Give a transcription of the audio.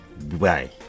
Bye